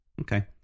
Okay